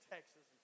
Texas